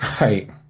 Right